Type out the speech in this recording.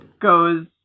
goes